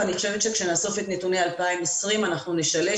ואני חושבת שכשנאסוף את נתוני 2020 אנחנו נשלש